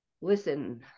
Listen